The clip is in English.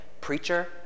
preacher